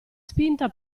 spinta